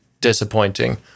disappointing